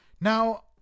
Now